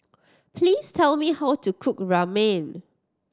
please tell me how to cook Ramen